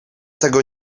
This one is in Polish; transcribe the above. tego